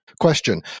Question